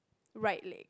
right leg